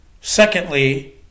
Secondly